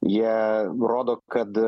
jie rodo kad